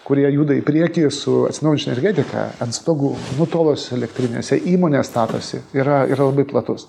kurie juda į priekį su atsinaujinančia energetika ant stogų nutolus elektrinėse įmonės statosi yra labai platus